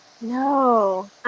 No